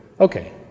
Okay